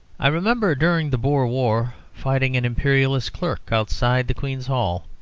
i remember during the boer war fighting an imperialist clerk outside the queen's hall,